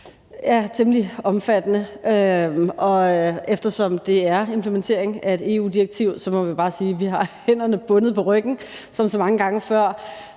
alt temmelig omfattende, men eftersom det er implementering af et EU-direktiv, må vi bare sige, at vi som så mange gange før